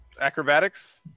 acrobatics